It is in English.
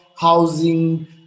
housing